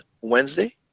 Wednesday